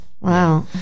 Wow